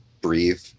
breathe